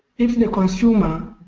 if the consumer